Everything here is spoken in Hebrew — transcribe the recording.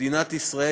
מדינת ישראל,